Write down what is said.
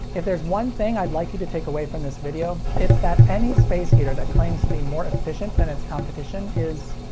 if there's one thing i'd like you to take away from this video, it's that any space heater that claims be more efficient than its competition is,